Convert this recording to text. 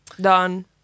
done